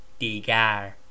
digar